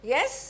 Yes